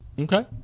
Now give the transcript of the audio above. Okay